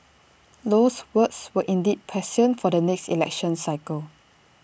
Low's words were indeed prescient for the next election cycle